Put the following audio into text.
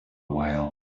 while